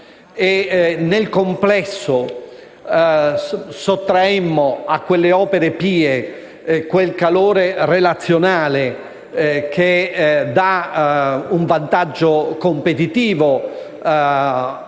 nel complesso sottraemmo a quelle opere pie quel calore relazionale che dà loro un vantaggio competitivo rispetto